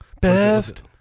best